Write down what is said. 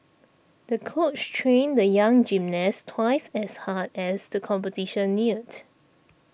the coach trained the young gymnast twice as hard as the competition neared